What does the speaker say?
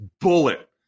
bullet